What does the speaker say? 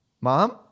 Mom